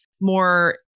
more